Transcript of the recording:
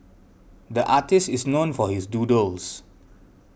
the artist is known for his doodles